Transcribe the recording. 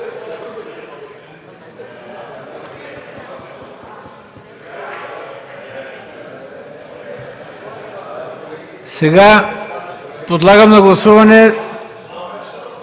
Сега подлагам на гласуване